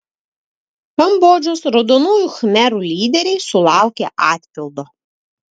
kambodžos raudonųjų khmerų lyderiai sulaukė atpildo